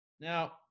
Now